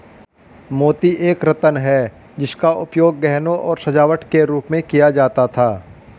मोती एक रत्न है जिसका उपयोग गहनों और सजावट के रूप में किया जाता था